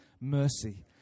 mercy